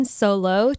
solo